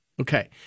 Okay